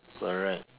correct